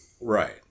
Right